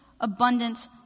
abundant